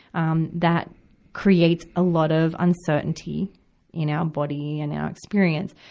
um, that creates a lot of uncertainty in our body and our experience.